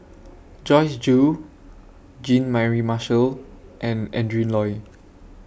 Joyce Jue Jean Mary Marshall and Adrin Loi